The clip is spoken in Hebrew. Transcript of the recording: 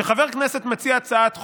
שחבר כנסת מציע הצעת חוק,